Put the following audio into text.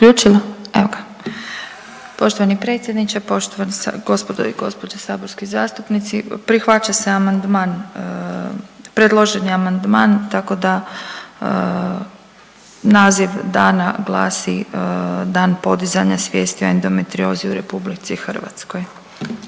Poštovani predsjedniče, poštovane gospodo i gospođe saborski zastupnici. Prihvaća se amandman, predloženi amandman, tako da naziv dana glasi „Dan podizanja svijesti o endometriozi u RH“. Ako